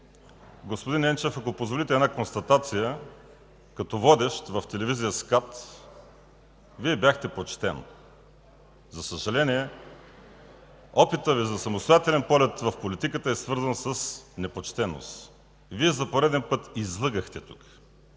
господин Енчев, ако позволите, една констатация. Като водещ в телевизия СКАТ Вие бяхте почтен. За съжаление, опитът Ви за самостоятелен полет в политиката е свързан с непочтеност. Вие за пореден път излъгахте тук.